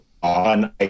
On